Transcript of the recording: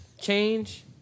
change